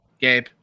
gabe